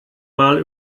mal